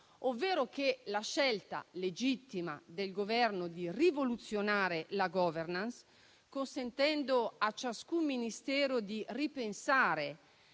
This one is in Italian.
ovvero che la scelta legittima del Governo di rivoluzionare la *governance*, consentendo a ciascun Ministero di ripensare